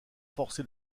forcé